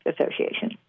Association